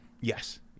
Yes